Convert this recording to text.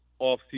offseason